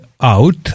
out